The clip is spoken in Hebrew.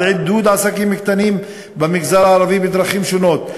על עידוד עסקים קטנים במגזר הערבי בדרכים שונות,